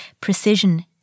precision